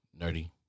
Nerdy